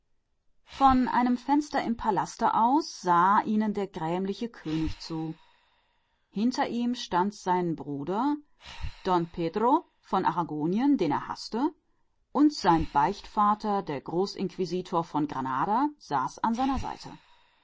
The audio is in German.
von einem fenster des palastes aus sah ihnen der melancholische könig zu hinter ihm stand sein bruder don pedro von aragon den er haßte und sein beichtvater der großinquisitor von granada saß ihm zur seite